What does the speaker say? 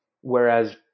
whereas